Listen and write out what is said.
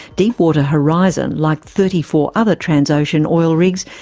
deepwater horizon, like thirty four other transocean oil rigs,